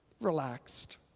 Relaxed